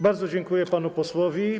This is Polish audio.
Bardzo dziękuję panu posłowi.